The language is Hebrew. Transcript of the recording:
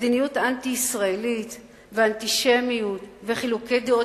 מדיניות אנטי-ישראלית ואנטישמיות וחילוקי דעות